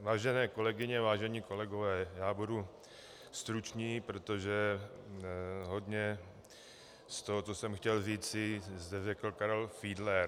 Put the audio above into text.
Vážené kolegyně, vážení kolegové, já budu stručný, protože hodně z toho, co jsem chtěl říci, zde řekl Karel Fiedler.